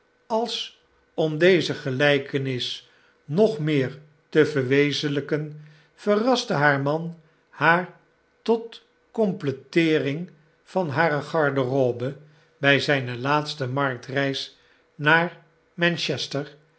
als om deze gelpenis nog meer te verwezenlijken verraste haar maniiaar tot completeering van hare garderobe by zpelaatstemarktreis naar